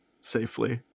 safely